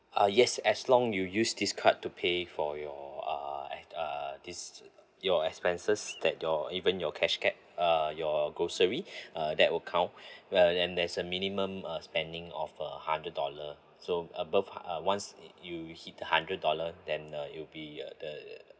ah yes as long you use this card to pay for your uh at uh this your expenses that your even your cash uh your grocery uh that will count well and there's a minimum uh spending of a hundred dollar so above hun~ uh once you you hit the hundred dollar then uh it will be uh the